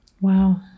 Wow